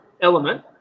element